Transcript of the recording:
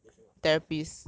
what's that ah radiation what ah